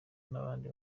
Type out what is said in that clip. n’abandi